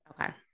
Okay